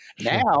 now